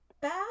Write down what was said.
bad